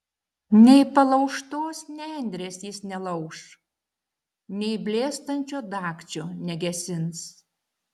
nei palaužtos nendrės jis nelauš nei blėstančio dagčio negesins